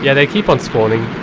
yeah they keep on spawning.